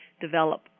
develop